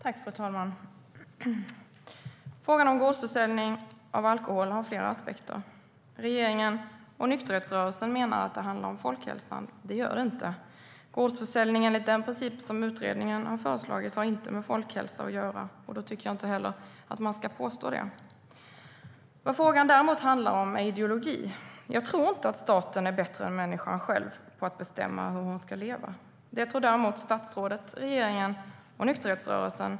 Fru talman! Frågan om gårdsförsäljning av alkohol har flera aspekter. Regeringen och nykterhetsrörelsen menar att det handlar om folkhälsan. Det gör det inte. Gårdsförsäljning enligt den princip som utredning har föreslagit har inte med folkhälsa att göra, och då tycker jag inte heller att man ska påstå det.Frågan handlar däremot om ideologi. Jag tror inte att staten är bättre än människan själv på att bestämma hur hon ska leva. Det tror däremot statsrådet, regeringen och nykterhetsrörelsen.